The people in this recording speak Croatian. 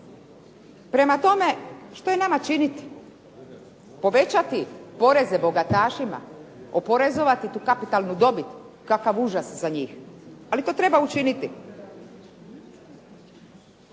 Prema tome, što je nama činiti? Povećati poreze bogatašima? Oporezovati tu kapitalnu dobit? Kakav užas za njih. Ali to treba učiniti.